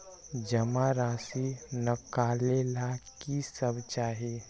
जमा राशि नकालेला कि सब चाहि?